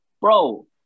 bro